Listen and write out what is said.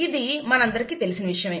ఇది మన అందరికీ తెలిసిన విషయమే